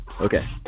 Okay